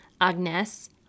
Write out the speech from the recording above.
Agnes